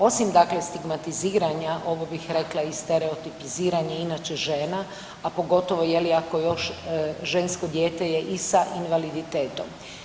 Osim, dakle, stigmatiziranja, ovo bih rekla i stereotipiziranja inače žena, a pogotovo, je li, ako još, žensko dijete je i sa invaliditetom.